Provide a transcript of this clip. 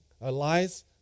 lies